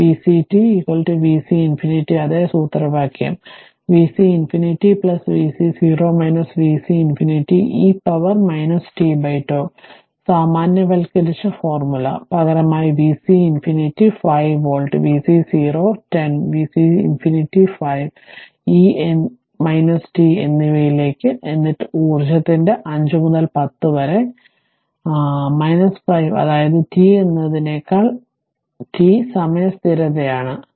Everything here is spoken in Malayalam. അതിനാൽ vc t vc ∞ അതേ സൂത്രവാക്യം അത് vc ∞ vc 0 vc ∞ e power t τ സാമാന്യവൽക്കരിച്ച ഫോർമുല പകരമായി vc ∞ 5 volt vc 0 10 vc ∞ 5 e എന്നിവയിലേക്ക് t എന്നിട്ട് ഊർജ്ജത്തിലേക്ക് 5 മുതൽ 10 വരെ 5 അതായത് t എന്നതിനേക്കാൾ t സമയ സ്ഥിരതയാണ്